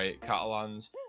Catalan's